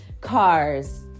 Cars